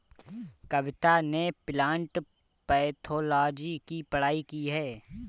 कविता ने plant pathology की पढ़ाई की है